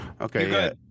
Okay